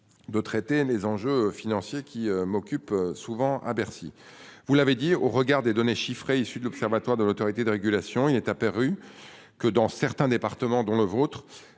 De traiter les enjeux financiers qui m'occupe souvent à Bercy. Vous l'avez dit, au regard des données chiffrées issu de l'Observatoire de l'autorité de régulation, il est apparu que dans certains départements dont le vôtre.